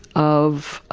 of